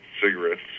cigarettes